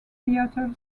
theatre